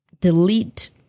delete